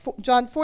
john